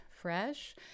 fresh